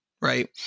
right